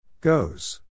Goes